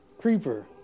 Creeper